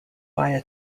via